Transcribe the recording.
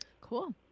Cool